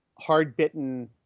hard-bitten